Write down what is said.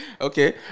Okay